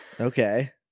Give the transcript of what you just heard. Okay